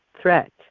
threat